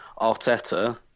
Arteta